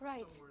Right